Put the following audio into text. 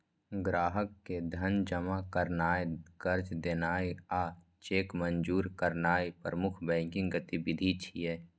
ग्राहक के धन जमा करनाय, कर्ज देनाय आ चेक मंजूर करनाय प्रमुख बैंकिंग गतिविधि छियै